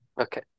Okay